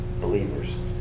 believers